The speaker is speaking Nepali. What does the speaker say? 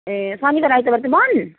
ए शनिबार आइतबार चाहिँ बन्द